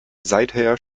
seither